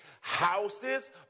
houses